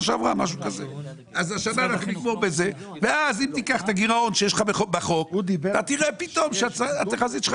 אם היו עושים כמו שנה שעברה, התקציב היה צריך